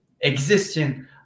existing